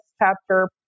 chapter